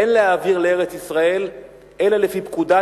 אין להעביר לארץ-ישראל אלא לפי פקודת